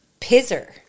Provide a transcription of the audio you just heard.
Pizzer